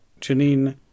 Janine